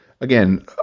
again